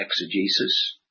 exegesis